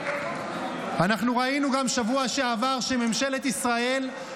אנחנו ראינו גם שבוע שעבר שממשלת ישראל,